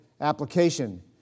application